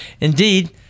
Indeed